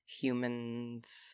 Humans